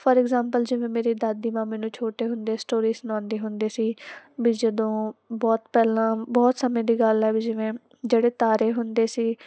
for example ਜਿਵੇਂ ਮੇਰੀ ਦਾਦੀ ਮਾਂ ਮੈਨੂੰ ਛੋਟੇ ਹੁੰਦੇ ਸਟੋਰੀ ਸੁਣਾਉਂਦੇ ਹੁੰਦੇ ਸੀ ਵੀ ਜਦੋਂ ਬਹੁਤ ਪਹਿਲਾਂ ਬਹੁਤ ਸਮੇਂ ਦੀ ਗੱਲ ਹੈ ਵੀ ਜਿਵੇਂ ਜਿਹੜੇ ਤਾਰੇ ਹੁੰਦੇ ਸੀ